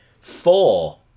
four